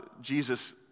Jesus